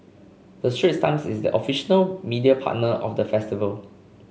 the Straits Times is the official media partner of the festival